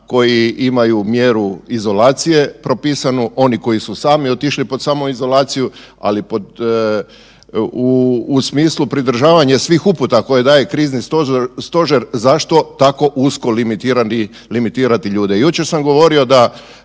koji imaju mjeru izolacije propisanu, oni koji su sami otišli pod samoizolaciju, ali u smislu pridržavanja svih uputa koje daje Krizni stožer zašto tako usko limitirati ljude.